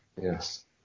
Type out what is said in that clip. Yes